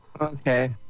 Okay